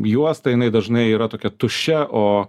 juosta jinai dažnai yra tokia tuščia o